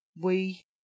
we